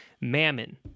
mammon